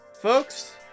folks